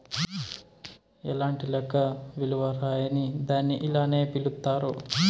ఎలాంటి లెక్క విలువ రాయని దాన్ని ఇలానే పిలుత్తారు